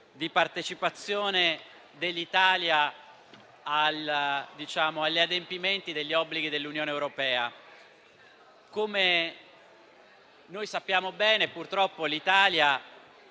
di partecipazione dell'Italia agli adempimenti degli obblighi dell'Unione europea. Come sappiamo bene, purtroppo, l'Italia